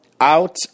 out